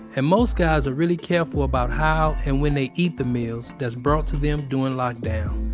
and most guys are really careful about how and when they eat the meals that's brought to them during lockdown.